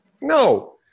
No